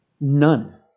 None